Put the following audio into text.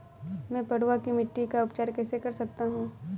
मैं पडुआ की मिट्टी का उपचार कैसे कर सकता हूँ?